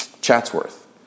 chatsworth